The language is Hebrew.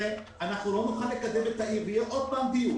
אנחנו לא נוכל לקדם את העיר ושוב יתקיים דיון.